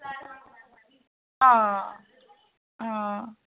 हां हां